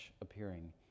appearing